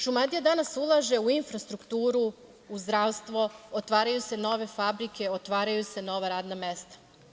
Šumadija danas ulaže u infrastrukturu, u zdravstvo, otvaraju se nove fabrike, otvaraju se nova radna mesta.